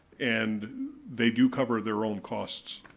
and they do cover their own costs.